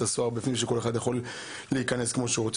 הסוהר כשכל אחד יכול להיכנס מתי שהוא רוצה.